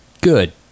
Good